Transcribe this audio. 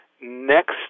next